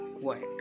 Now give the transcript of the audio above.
work